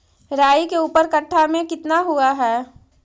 राई के ऊपर कट्ठा में कितना हुआ है?